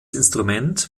instrument